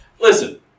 listen